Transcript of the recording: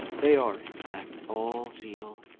they are, in fact, all zeal,